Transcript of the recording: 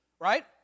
right